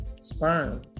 sperm